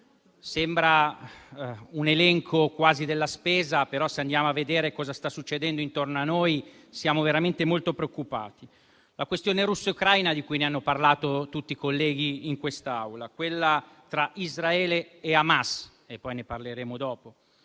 Sembra quasi un elenco della spesa, ma se andiamo a vedere cosa sta succedendo intorno a noi, siamo veramente molto preoccupati: la questione russo ucraina, di cui hanno parlato tutti i colleghi in quest'Aula; quella tra Israele e Hamas, di cui poi parleremo;